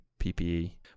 PPE